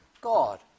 God